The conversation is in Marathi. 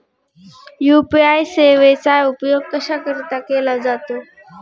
यू.पी.आय सेवेचा उपयोग कशाकरीता केला जातो?